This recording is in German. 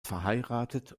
verheiratet